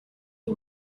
who